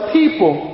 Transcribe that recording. people